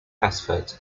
effort